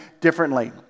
differently